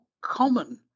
common